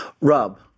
Rob